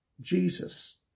Jesus